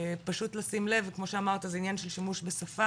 פשוט לשים לב, כמו שאמרת זה עניין של שימוש בשפה,